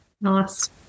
Nice